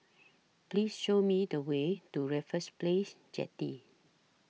Please Show Me The Way to Raffles Place Jetty